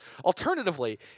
Alternatively